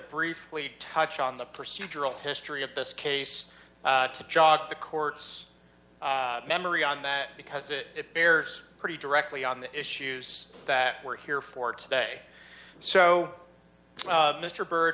briefly touch on the procedural history of this case to jog the court's memory on that because it bears pretty directly on the issues that were here for today so mr byrd